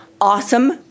awesome